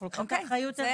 אנו לוקחים את האחריות.